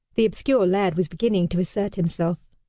the obscure lad was beginning to assert himself.